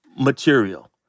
material